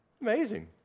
Amazing